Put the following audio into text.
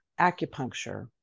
acupuncture